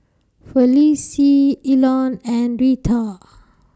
Felicie Elon and Rita